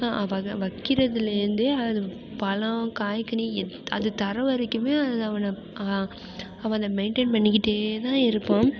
அவ வ வைக்கிறதுல இருந்தே அது பழம் காய் கனி எது அது தர்ற வரைக்குமே அது அவன் அவன் அதை மெயின்டெயின் பண்ணிக்கிட்டே தான் இருப்பான்